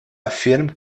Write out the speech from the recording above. affirme